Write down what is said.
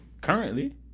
currently